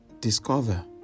discover